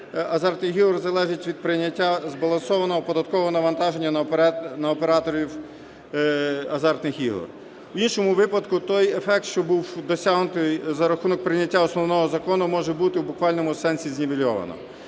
азартних ігор залежить від прийняття збалансованого податкового навантаження на операторів азартних ігор. В іншому випадку той ефект, що був досягнутий за рахунок прийняття основного закону, може бути в буквальному сенсі знівельовано.